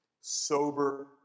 sober